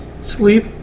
Sleep